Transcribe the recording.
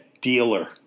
dealer